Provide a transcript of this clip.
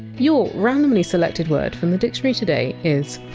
your randomly selected word from the dictionary today is!